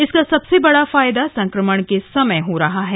इसका सबसे बड़ा फायदा सं क्रमण के समय हो रहा है